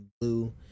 blue